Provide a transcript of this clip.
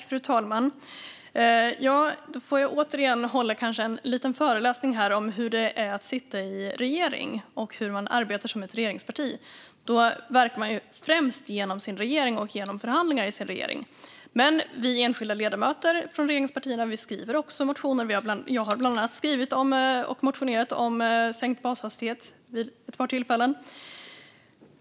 Fru talman! Då får jag återigen hålla en liten föreläsning om hur det är att sitta i regering och hur man arbetar som ett regeringsparti. Man verkar främst genom sin regering och genom förhandlingar i sin regering. Vi enskilda ledamöter från regeringspartierna skriver också motioner, och jag har bland annat motionerat om sänkt bashastighet vid ett par tillfällen.